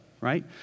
right